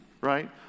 right